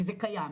זה קיים,